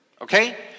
okay